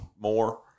more